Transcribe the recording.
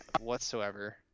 whatsoever